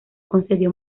concedió